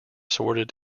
sorted